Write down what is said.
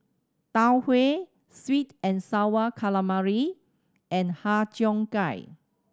Tau Huay sweet and Sour Calamari and Har Cheong Gai